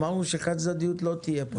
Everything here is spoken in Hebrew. אמרנו שחד-צדדיות לא תהיה פה.